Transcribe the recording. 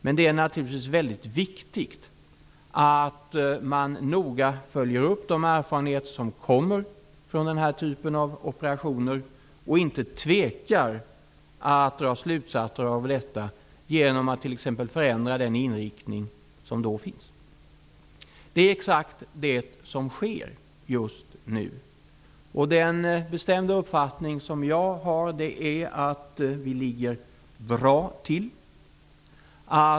Men det är naturligtvis väldigt viktigt att man noga följer upp de erfarenheter som man gör av den här typen av operationer och inte tvekar att dra slutsatser av dessa genom att t.ex. förändra den inriktning som finns. Det är exakt vad som sker just nu. Min bestämda uppfattning är att vi ligger bra till.